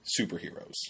superheroes